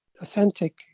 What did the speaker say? authentic